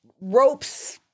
ropes